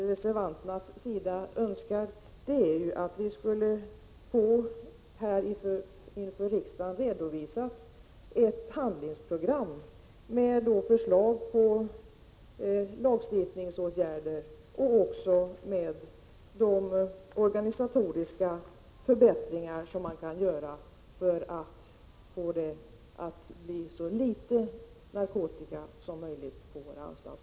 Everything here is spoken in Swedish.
Reservanterna önskar nu att här i riksdagen få redovisat ett handlingsprogram med förslag till lagstiftningsåtgärder och de organisatoriska förbättringar som kan göras för att det skall bli så litet narkotika som möjligt på anstalterna.